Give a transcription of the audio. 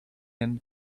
and